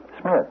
Smith